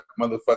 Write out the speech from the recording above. motherfucker